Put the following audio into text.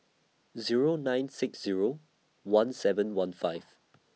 Zero nine six Zero one seven one five